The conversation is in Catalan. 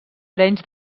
arenys